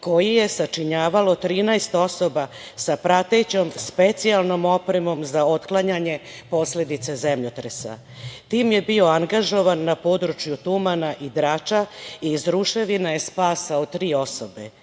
koji je sačinjavalo 13 osoba sa pratećom specijalnom opremom za otklanjanje posledica zemljotresa. Tim je bio angažovan na području Tumana i Drača i iz ruševina je spasao tri osobe.U